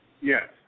Yes